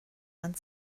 and